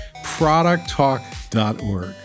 Producttalk.org